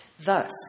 Thus